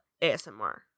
ASMR